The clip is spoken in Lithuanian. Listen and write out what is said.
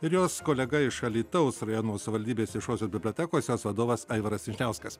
ir jos kolega iš alytaus rajono savivaldybės viešosios bibliotekos jos vadovas aivaras vyšniauskas